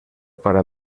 para